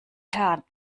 her